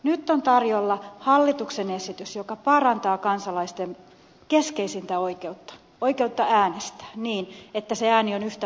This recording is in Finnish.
nyt on tarjolla hallituksen esitys joka parantaa kansalaisten keskeisintä oikeutta oikeutta äänestää niin että se ääni on yhtä painava